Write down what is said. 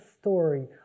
story